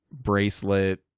Bracelet